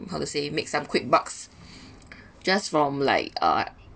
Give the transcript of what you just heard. how to say make some quick bucks just from like uh